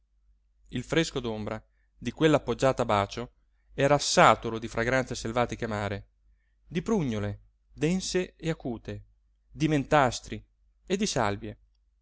il fresco d'ombra di quella poggiata a bacio era saturo di fragranze selvatiche amare di prugnole dense e acute di mentastri e di salvie